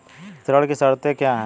ऋण की शर्तें क्या हैं?